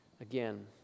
again